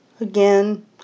Again